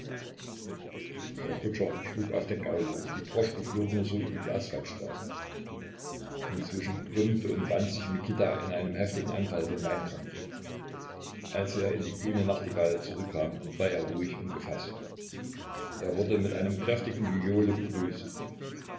der kutscher schlug auf den gaul los die droschke flog nur so über die asphaltstraße inzwischen krümmte und wand sich mikita in einem heftigen anfall von weinkrampf als er in die grüne nachtigall zurückkam war er ruhig und gefaßt er wurde mit einem kräftigen gejohle begrüßt